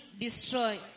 Destroy